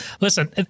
Listen